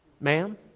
Ma'am